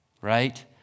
right